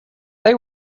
they